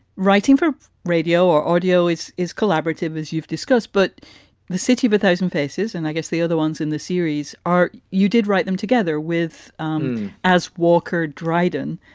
writing for radio or audio is is collaborative, as you've discussed. but the city of a thousand faces and i guess the other ones in the series are you did write them together with um as walker dryden.